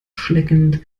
schleckend